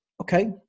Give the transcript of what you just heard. Okay